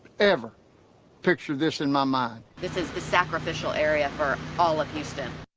ever picture this in my mind. this is the sacrificial area for all of houston.